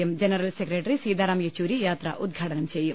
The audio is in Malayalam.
M general secretary Sitaram Yechury യാത്ര ഉദ്ഘാടനം ചെയ്യും